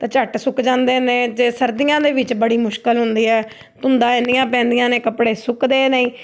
ਤਾਂ ਝੱਟ ਸੁੱਕ ਜਾਂਦੇ ਨੇ ਜੇ ਸਰਦੀਆਂ ਦੇ ਵਿੱਚ ਬੜੀ ਮੁਸ਼ਕਿਲ ਹੁੰਦੀ ਹੈ ਧੁੰਦਾਂ ਇੰਨੀਆਂ ਪੈਂਦੀਆਂ ਨੇ ਕੱਪੜੇ ਸੁੱਕਦੇ ਨਹੀਂ